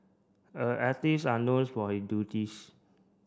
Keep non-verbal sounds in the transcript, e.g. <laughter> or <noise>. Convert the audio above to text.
a artist are known for his <unintelligible>